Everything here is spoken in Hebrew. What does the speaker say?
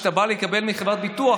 כשאתה בא לקבל מחברת הביטוח,